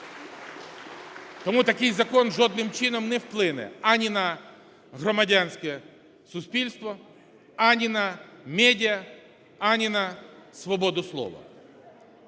Тому такий закон жодним чином не вплине ані на громадянське суспільство, ані на медіа, ані на свободу слова.